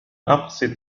أقصد